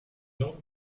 glandes